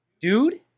Dude